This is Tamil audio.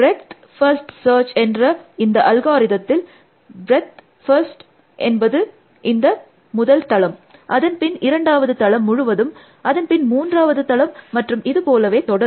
ப்ரெட்த் ஃபர்ஸ்ட் சர்ச் என்ற இந்த அல்காரிதத்தில் ப்ரீத் ஃபர்ஸ்ட் என்பது இந்த முதல் தளம் அதன் பின் இரண்டாவது தளம் முழுவதும் அதன் பின் மூன்றாவது தளம் மற்றும் இது போலவே தொடரும்